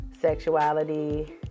sexuality